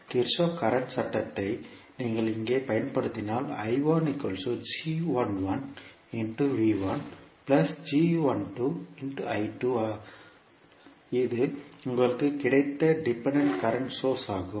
கிர்ச்சோப்பின் current சட்டத்தை Kirchhoff's current law நீங்கள் இங்கே பயன்படுத்தினால் இது உங்களுக்கு கிடைத்த டிபெண்டன்ட் கரண்ட் சோர்ஸ் ஆகும்